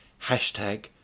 hashtag